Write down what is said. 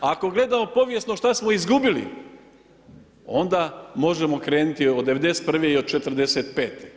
Ako gledamo povijesno šta smo izgubili, onda možemo krenuti od 1991. i od 1945.